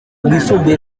rwisumbuye